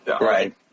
Right